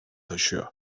taşıyor